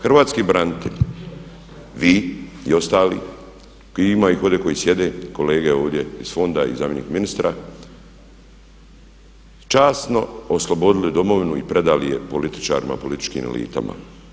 Hrvatski branitelji, vi i ostali, ima ih i ovdje koji sjede, kolege ovdje iz fonda i zamjenik ministra časno oslobodili domovinu i predali je političarima i političkim elitama.